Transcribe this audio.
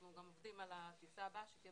אנחנו עובדים כבר על הטיסה הבאה שתהיה